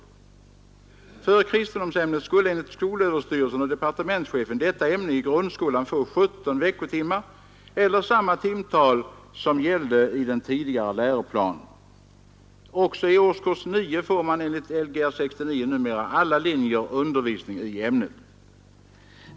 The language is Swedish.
Vad beträffar kristendomsämnet skulle enligt skolöverstyrelsen och departementschefen detta ämne i grundskolan få 17 veckotimmar eller samma timtal som gällde i den tidigare läroplanen. Också i årskurs 9 får enligt Lgr 69 numera alla linjer undervisning i ämnet.